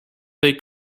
they